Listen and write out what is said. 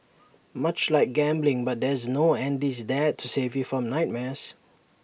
much like gambling but there's no Andy's Dad to save you from nightmares